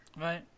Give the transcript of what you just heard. right